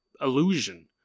illusion